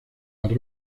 las